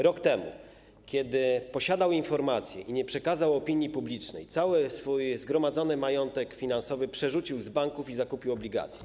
Roku temu, kiedy posiadał informacje, których nie przekazał opinii publicznej, cały swój zgromadzony majątek finansowy przerzucił z banków i zakupił obligacje.